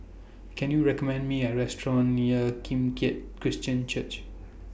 Can YOU recommend Me A Restaurant near Kim Keat Christian Church